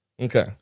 Okay